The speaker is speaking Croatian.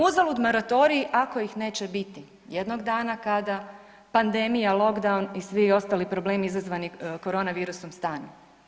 Uzalud moratorij ako ih neće biti jednog dana kada padnemija, lockdown i svi ostali problemi izazvani korona virusom stanu.